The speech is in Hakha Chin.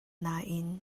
nain